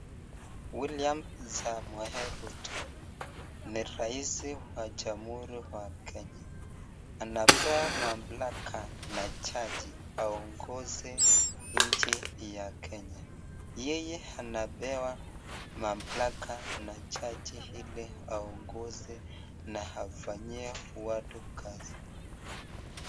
William Samoei Ruto ni raisi wa jamhuri wa Kenya, anapewa mamlaka na jaji aongoze nchi ya Kenya, yeye anapewa mamalaka na jaji ili aongoze na afanyie watu kazi.